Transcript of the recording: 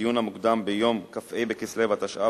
בדיון המוקדם ביום כ"ה בכסלו התשע"ב,